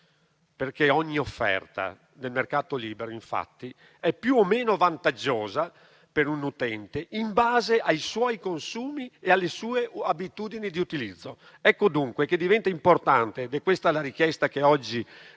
perché ogni offerta del mercato libero è più o meno vantaggiosa per un utente in base ai suoi consumi e alle sue abitudini di utilizzo. Ecco dunque che diventa importante - è questa la richiesta che oggi rivolgo